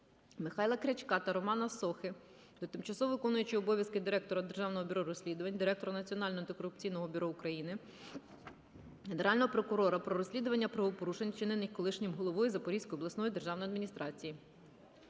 Михайла Крячка та Романа Сохи до тимчасово виконуючої обов'язки директора Державного бюро розслідувань, директора Національного антикорупційного бюро України, Генерального прокурора про розслідування правопорушень, вчинених колишнім головою Запорізької обласної державної адміністрації.